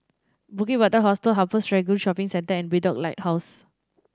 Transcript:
Bukit Batok Hostel Upper Serangoon Shopping Centre and Bedok Lighthouse